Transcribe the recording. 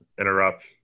interrupt